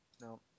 no